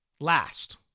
last